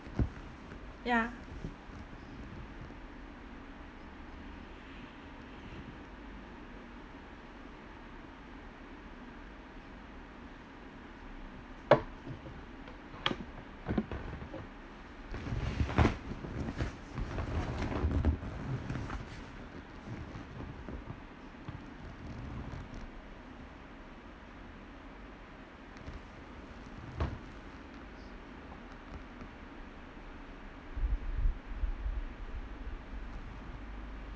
ya